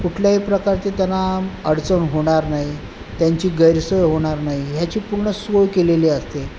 कुठल्याही प्रकारचे त्यांना अडचण होणार नाही त्यांची गैरसोय होणार नाही ह्याची पूर्ण सोय केलेली असते